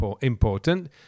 important